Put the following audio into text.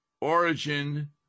origin